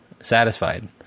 satisfied